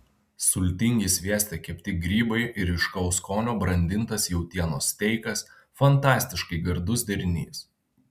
sultingi svieste kepti grybai ir ryškaus skonio brandintas jautienos steikas fantastiškai gardus derinys